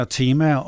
tema